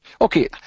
okay